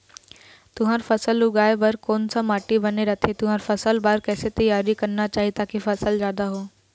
तुंहर फसल उगाए बार कोन सा माटी बने रथे तुंहर फसल बार कैसे तियारी करना चाही ताकि फसल जादा हो?